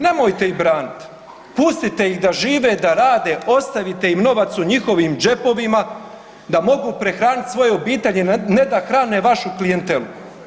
Nemojte ih braniti, pustite ih da žive, da rade, ostavite im novac u njihovim džepovima da mogu prehraniti svoje obitelji, ne da hrane vašu klijentelu.